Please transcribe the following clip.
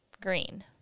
green